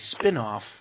spinoff